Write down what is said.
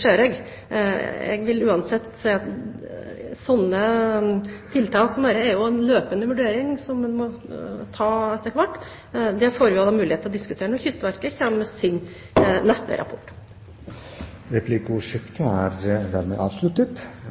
ser jeg. Jeg vil uansett si at slike tiltak som dette er en løpende vurdering som en må ta etter hvert. Det får vi mulighet til å diskutere når Kystverket kommer med sin neste rapport. Replikkordskiftet er dermed avsluttet.